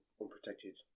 unprotected